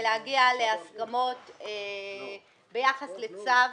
ולהגיע להסכמות ביחס לצו,